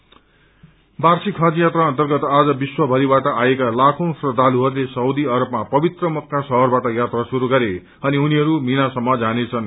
हज वार्षिक हजयात्रा अन्तर्गत आज विश्वभरिबाट आएका लाखौं श्रद्धालुहरूले सउदी अरबमा पवित्र मक्का शहरबाट यात्रा शुरू गरे अनि उनीहरू मीनासम्म जानेछन्